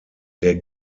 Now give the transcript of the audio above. der